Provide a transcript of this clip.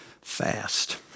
Fast